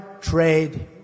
trade